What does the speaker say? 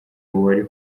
uwari